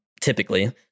typically